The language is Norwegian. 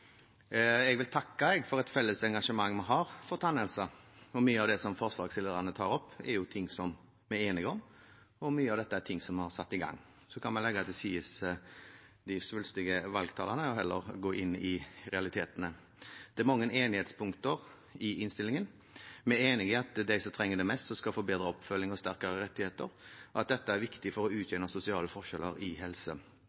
Jeg vil takke for det felles engasjementet vi har for tannhelse. Mye av det som forslagsstillerne tar opp, er ting som vi er enige om, og mye av dette er ting som er satt i gang. Så kan man legge til side de svulstige valgtalene og heller gå inn i realitetene. Det er mange enighetspunkter i innstillingen. Vi er enig i at det er de som trenger det mest, som skal få bedre oppfølging og sterkere rettigheter, og at dette er viktig for å